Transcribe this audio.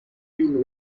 been